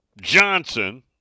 Johnson